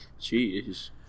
Jeez